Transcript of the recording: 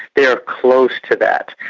they're close to that.